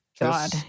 God